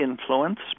influence